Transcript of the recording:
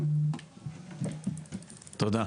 תודה.